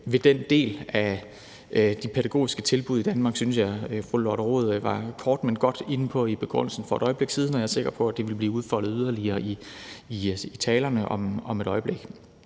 ved den del af de pædagogiske tilbud i Danmark synes jeg fru Lotte Rod var kort, men godt, inde på i begrundelsen for et øjeblik siden, og jeg er sikker på, det vil blive udfoldet yderligere i talerne om et øjeblik